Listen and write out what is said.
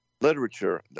literature